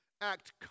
act